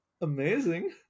Amazing